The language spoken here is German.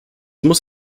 muss